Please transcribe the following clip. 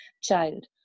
child